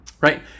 right